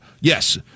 Yes